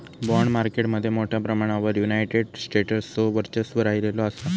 bond market मध्ये मोठ्या प्रमाणावर युनायटेड स्टेट्सचो वर्चस्व राहिलेलो असा